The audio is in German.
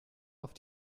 auf